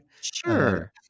Sure